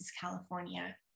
California